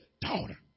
Daughter